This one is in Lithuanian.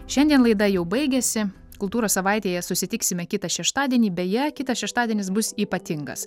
šiandien laida jau baigiasi kultūros savaitėje susitiksime kitą šeštadienį beje kitas šeštadienis bus ypatingas